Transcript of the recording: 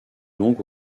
donc